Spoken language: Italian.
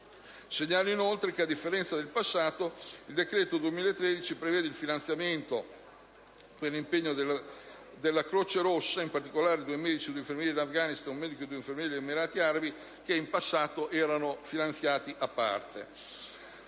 Segnalo inoltre che, a differenza del passato, il decreto 2013 prevede anche un finanziamento per l'impegno della Croce Rossa, in particolare con due medici e due infermieri in Afghanistan nonché con un medico e due infermieri negli Emirati Arabi, che in passato erano finanziati a parte.